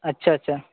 اچھا اچھا